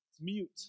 mute